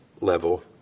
level